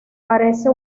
parece